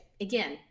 again